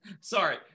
Sorry